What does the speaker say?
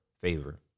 favor